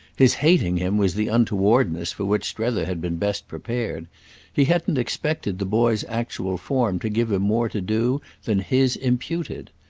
his hating him was the untowardness for which strether had been best prepared he hadn't expected the boy's actual form to give him more to do than his imputed.